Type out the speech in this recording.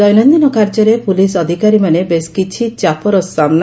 ଦୈନନିନ କାର୍ଯ୍ୟରେ ପୁଲିସ ଅଧିକାରୀମାନେ ବେଶ୍ କିଛି ଚାପର ସାମୁ